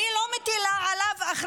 האמת